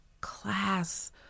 class